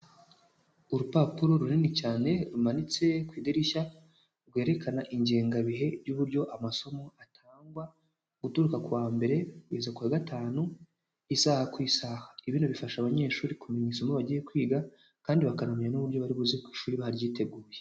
Urupapuro runini cyane rumanitse ku idirishya rwerekana ingengabihe y'uburyo amasomo atangwa guturuka kuwa mbere kugeza kuwa gatanu, isaha ku isaha, bino bifasha abanyeshuri kumenya isomo bagiye kwiga kandi bakanamenya n'uburyo bari buze ku ishuri baryiteguye.